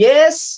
Yes